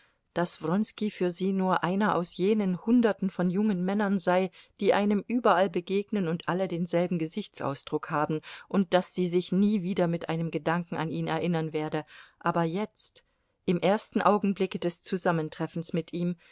daß wronski für sie nur einer aus jenen hunderten von jungen männern sei die einem überall begegnen und alle denselben gesichtsausdruck haben und daß sie sich nie wieder mit einem gedanken an ihn erinnern werde aber jetzt im ersten augenblicke des zusammentreffens mit ihm